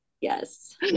yes